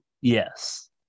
Yes